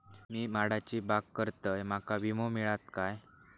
मी माडाची बाग करतंय माका विमो मिळात काय?